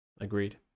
Agreed